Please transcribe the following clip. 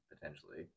potentially